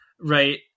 right